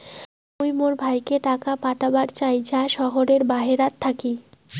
মুই মোর ভাইকে টাকা পাঠাবার চাই য়ায় শহরের বাহেরাত থাকি